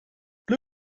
ble